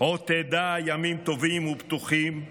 עוד תדע ימים טובים ובטוחים.